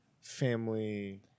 family